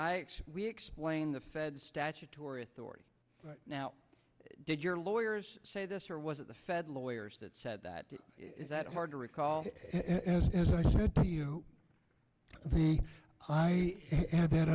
will explain the fed statutory authority right now did your lawyers say this or was it the fed lawyers that said that it's that hard to recall as as i said the i have that